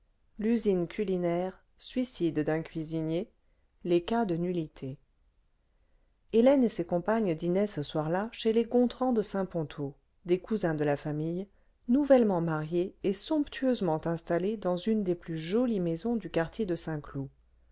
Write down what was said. l'usine culinaire suicide d'un cuisinier les cas de nullité hélène et ses compagnes dînaient ce soir-là chez les gontran de saint ponto des cousins de la famille nouvellement mariés et somptueusement installés dans une des plus jolies maisons du quartier de saint-cloud